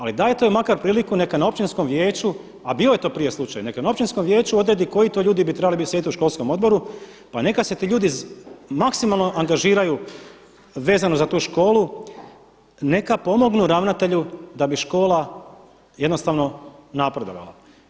Ali dajte joj makar priliku neka na općinskom vijeću, a bio je to prije slučaj, neka na općinskom vijeću odredi koji bi to ljudi bi trebali sjediti u školskom odboru, pa neka se ti ljudi maksimalno angažiraju vezano za tu školu, neka pomognu ravnatelju da bi škola jednostavno napredovala.